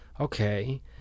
okay